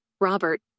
Robert